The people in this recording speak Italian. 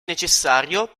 necessario